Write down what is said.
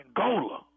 Angola